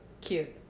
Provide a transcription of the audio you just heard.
Cute